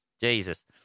Jesus